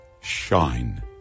shine